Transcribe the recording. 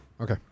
Okay